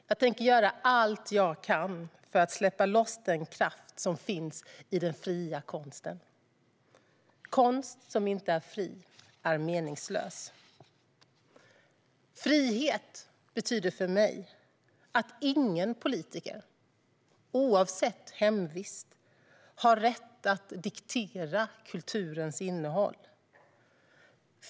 Jag tänker göra allt jag kan för att släppa loss den kraft som finns i den fria konsten. Konst som inte är fri är meningslös. Frihet betyder för mig att ingen politiker, oavsett hemvist, har rätt att diktera kulturens innehåll.